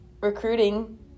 recruiting